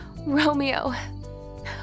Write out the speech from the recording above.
Romeo